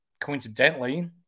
Coincidentally